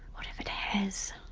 what if it has.